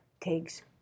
takes